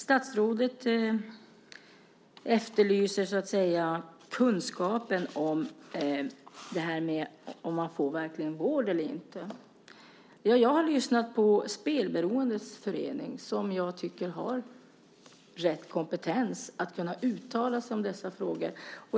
Statsrådet efterlyser kunskapen om huruvida man verkligen får vård eller inte. Jag har lyssnat på Spelberoendes förening som jag tycker har rätt kompetens för att kunna uttala sig om dessa frågor.